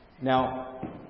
Now